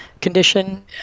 condition